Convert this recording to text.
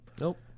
Nope